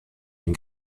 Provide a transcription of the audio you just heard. den